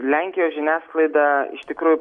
lenkijos žiniasklaida iš tikrųjų